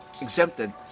exempted